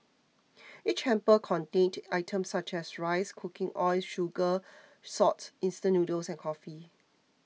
each hamper contained items such as rice cooking oil sugar salt instant noodles and coffee